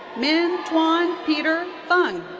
minh-tian peter phung.